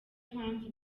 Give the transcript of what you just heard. mpamvu